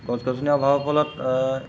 গছ গছনিৰ অভাৱৰ ফলত